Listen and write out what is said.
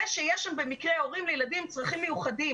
זה שיש שם במקרה הורים לילדים עם צרכים מיוחדים